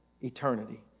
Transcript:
eternity